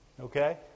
Okay